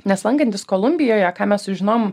nes lankantis kolumbijoje ką mes sužinom